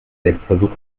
selbstversuch